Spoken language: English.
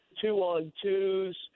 two-on-twos